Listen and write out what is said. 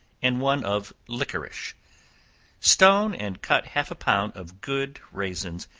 and one of liquorice stone and cut half a pound of good raisins,